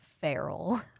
feral